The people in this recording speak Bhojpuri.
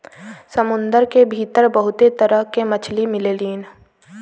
समुंदर के भीतर बहुते तरह के मछली मिलेलीन